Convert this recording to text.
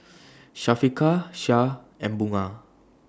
Syafiqah Shah and Bunga